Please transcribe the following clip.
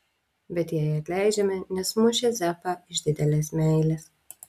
bet jai atleidžiame nes mušė zefą iš didelės meilės